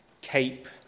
Cape